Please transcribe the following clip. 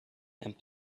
and